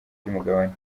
ry’umugabane